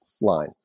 line